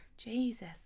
Jesus